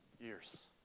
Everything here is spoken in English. years